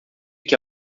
que